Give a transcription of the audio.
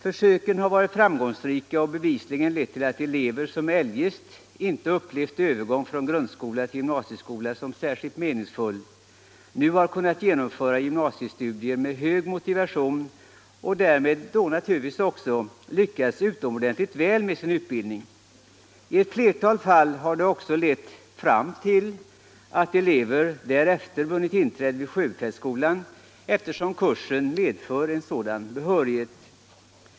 Försöken har varit framgångsrika och bevisligen lett till att elever, som eljest inte har upplevt en övergång från grundskola till gymnasieskola såsom särskilt meningsfull, nu har kunnat genomföra gymnasiestudier med hög motivation och därmed naturligtvis också lyckats utomordentligt väl med sin utbildning. I ett flertal fall har det också lett fram till att elever därefter vunnit inträde vid sjöbefälsskolan, eftersom kursen medför en sådan behörighet.